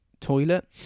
toilet